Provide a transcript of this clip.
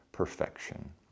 perfection